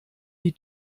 die